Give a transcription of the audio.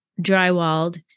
drywalled